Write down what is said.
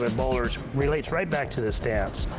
but bowlers relates right back to the stats.